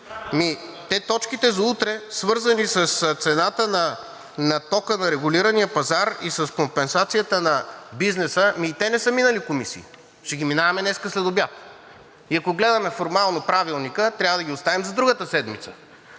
Те точките за утре, свързани с цената на тока на регулирания пазар и с компенсацията на бизнеса, ами и те не са минали комисиите. Ще ги минаваме днес следобед и ако гледаме формално Правилника, трябва да ги оставим за другата седмица.